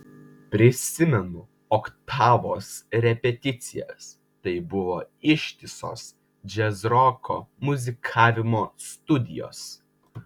prisimenu oktavos repeticijas tai buvo ištisos džiazroko muzikavimo studijos